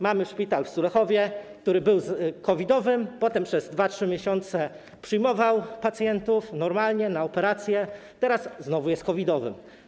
Mamy szpital w Sulechowie, który był COVID-owym, potem przez 2–3 miesiące przyjmował pacjentów normalnie na operacje, teraz znowu jest COVID-owy.